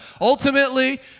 Ultimately